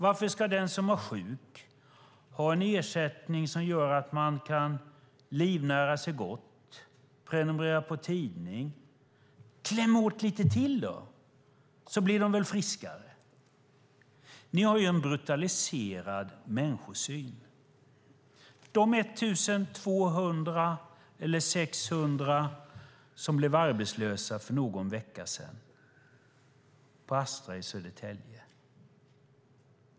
Varför ska den som är sjuk ha en ersättning som gör att man kan livnära sig gott och prenumerera på en tidning? Kläm åt lite till då, så blir de väl friskare! Ni har en brutaliserad människosyn. Jag tänker på de 1 200 eller 600 som blev arbetslösa för någon vecka sedan på Astra i Södertälje.